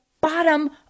bottom